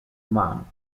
umano